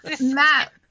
Matt